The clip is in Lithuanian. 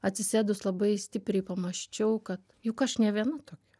atsisėdus labai stipriai pamąsčiau kad juk aš ne viena tokia